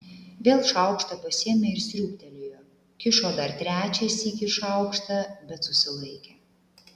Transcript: vėl šaukštą pasiėmė ir sriūbtelėjo kišo dar trečią sykį šaukštą bet susilaikė